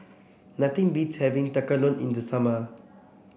nothing beats having Tekkadon in the summer